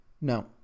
No